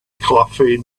cafe